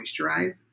moisturize